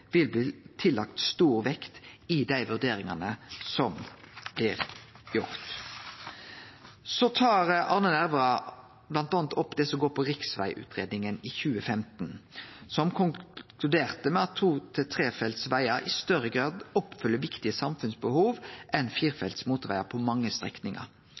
vil bli tillagt stor vekt i dei vurderingane som blir gjorde. Så tar Arne Nævra bl.a. opp riksvegutgreiinga i 2015, som konkluderte med at to-/trefeltsvegar i større grad oppfyller viktige samfunnsbehov enn firefelts motorvegar på mange strekningar.